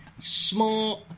smart